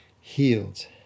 healed